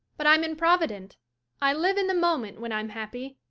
but i'm improvident i live in the moment when i'm happy.